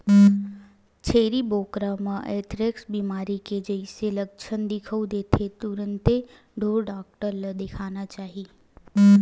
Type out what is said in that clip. छेरी बोकरा म एंथ्रेक्स बेमारी के जइसे लक्छन दिखउल देथे तुरते ढ़ोर डॉक्टर ल देखाना चाही